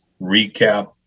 recap